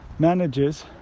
manages